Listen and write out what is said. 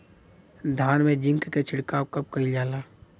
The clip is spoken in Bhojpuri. धान में जिंक क छिड़काव कब कइल जाला?